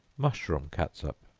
mushroom catsup.